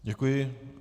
Děkuji.